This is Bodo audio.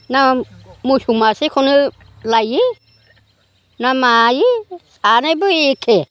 ना मोसौ मासेखौनो लायो ना मायो सानैबो एखे